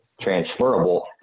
transferable